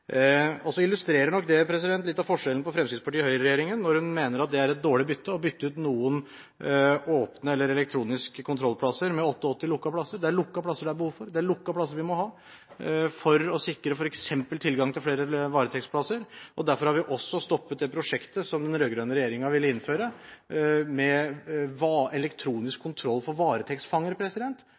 regjeringen når hun mener at det er et dårlig bytte å bytte ut noen åpne eller elektroniske kontrollplasser med 88 lukkede plasser. Det er lukkede plasser det er behov for. Det er lukkede plasser vi må ha for å sikre f.eks. tilgang til flere varetektsplasser. Derfor har vi også stoppet det prosjektet som den rød-grønne regjeringen ville innføre, med elektronisk kontroll for varetektsfanger,